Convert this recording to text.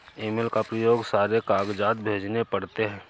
email का प्रयोग कर सारे कागजात भेजने पड़ते हैं